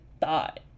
thought